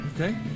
Okay